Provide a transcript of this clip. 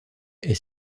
est